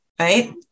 right